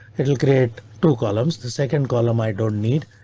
it'll create two columns. the second column i don't need,